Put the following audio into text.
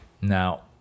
Now